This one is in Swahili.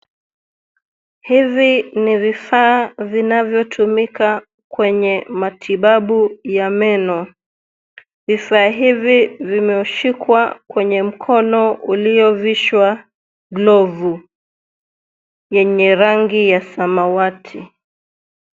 Hivi ni vifaa vinavyotumika kwenye matibabu ya meno, vifaa hivi zimeshikwa kwenye mkono uliovishwa glovu, yenye rangi ya samawati.